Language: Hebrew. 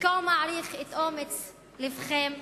כה מעריך את אומץ לבכם,